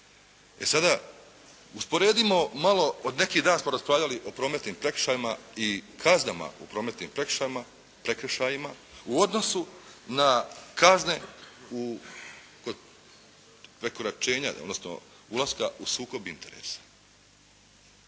E sada, usporedimo malo, od neki dan smo raspravljali o prometnim prekršajima i kaznama u prometnim prekršajima u odnosu na kazne kod prekoračenja, odnosno ulaska u sukob interesa.